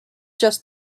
just